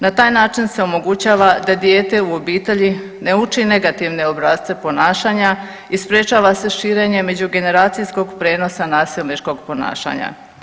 Na taj način se omogućava da dijete u obitelji ne uči negativne obrasce ponašanja i sprječava se širenje međugeneracijskog prijenosa nasilničkog ponašanja.